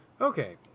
Okay